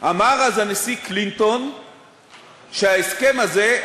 אמר אז הנשיא קלינטון שההסכם הזה,